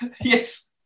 Yes